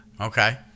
Okay